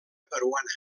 peruana